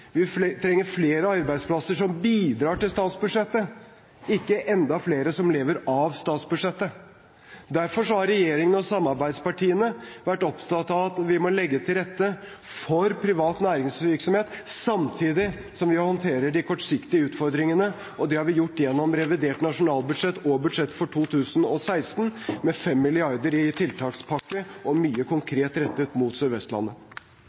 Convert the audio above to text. Vi trenger flere arbeidsplasser som bidrar til statsbudsjettet, ikke enda flere som lever av statsbudsjettet. Derfor har regjeringen og samarbeidspartiene vært opptatt av at vi må legge til rette for privat næringsvirksomhet, samtidig som vi håndterer de kortsiktige utfordringene. Det har vi gjort gjennom revidert nasjonalbudsjett og budsjettet for 2016, med 5 mrd. kr i tiltakspakke og mye konkret rettet mot